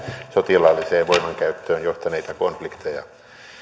sotilaalliseen voimankäyttöön johtaneita konflikteja